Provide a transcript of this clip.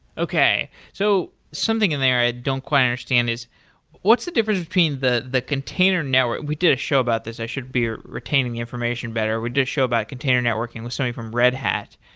okay. so something in there i don't quite understand is what's the different between the the container network we did a show about this. i should be retaining the information better. we did a show about container networking, with somebody from red hat,